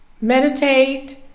meditate